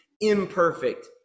imperfect